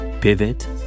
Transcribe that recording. Pivot